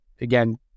again